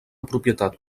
propietat